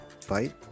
fight